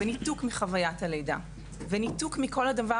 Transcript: ניתוק מחוויית הלידה וניתוק מכל הדבר